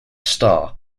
star